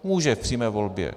Může v přímé volbě.